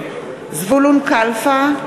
(קוראת בשמות חברי הכנסת) זבולון קלפה,